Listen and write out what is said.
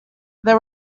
there